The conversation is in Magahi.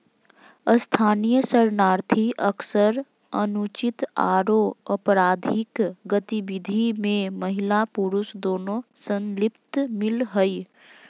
स्थानीय शरणार्थी अक्सर अनुचित आरो अपराधिक गतिविधि में महिला पुरुष दोनों संलिप्त मिल हई